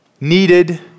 needed